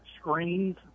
screens